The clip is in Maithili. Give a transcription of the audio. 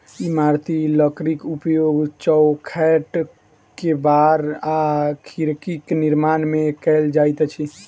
इमारती लकड़ीक उपयोग चौखैट, केबाड़ आ खिड़कीक निर्माण मे कयल जाइत अछि